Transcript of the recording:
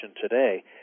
today